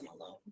alone